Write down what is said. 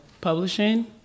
Publishing